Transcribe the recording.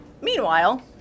Meanwhile